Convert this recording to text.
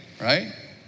right